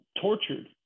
tortured